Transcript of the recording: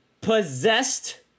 Possessed